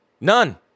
None